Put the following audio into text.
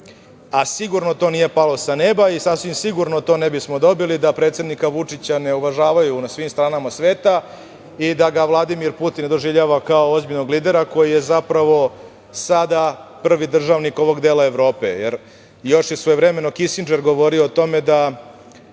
regionu. Sigurno to nije palo sa neba i sasvim sigurno to ne bismo dobili da predsednika Vučića ne uvažavaju na svim stranama sveta i da ga Vladimir Putin ne doživljava kao ozbiljnog lidera, koji je zapravo sada prvi državnik ovog dela Evrope. Jer još je svojevremeno Kisindžer govorio o tome da